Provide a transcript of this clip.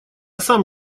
сам